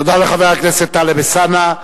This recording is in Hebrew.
תודה לחבר הכנסת טלב אלסאנע.